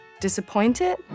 disappointed